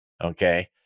Okay